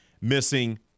Missing